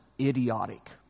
idiotic